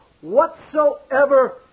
whatsoever